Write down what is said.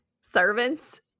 servants